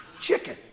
chicken